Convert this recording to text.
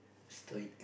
stoic